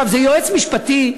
זה יועץ משפטי,